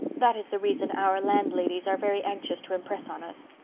that is the reason our landladies are very anxious to impress on us.